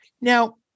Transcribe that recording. Now